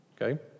okay